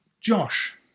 Josh